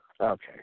Okay